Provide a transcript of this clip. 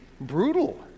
brutal